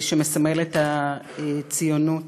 שמסמל את הציונות,